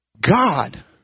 God